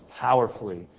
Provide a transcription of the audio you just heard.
powerfully